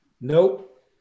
Nope